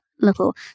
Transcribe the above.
little